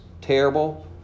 terrible